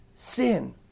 sin